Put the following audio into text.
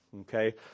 okay